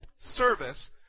service